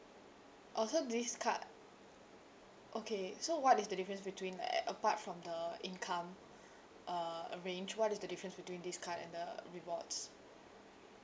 orh so this card okay so what is the difference between like apart from the income uh uh range what is the difference between this card and the rewards